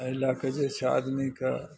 अइ लएके जे छै आदमीके